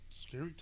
scary